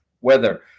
weather